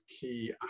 key